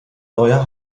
neuer